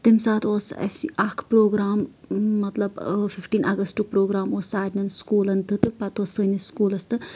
تَمہِ ساتہٕ اوس اسہِ اکھ پروگرام مطلب فِفٹیٖن اَگستُک پروگرام اوس سارنی سکوٗلن تہِ تہٕ پَتہٕ اوٚس سٲنِس سکوٗلس تہٕ